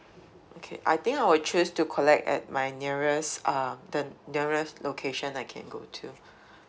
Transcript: okay I think I would choose to collect at my nearest uh the nearest location I can go to